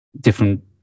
different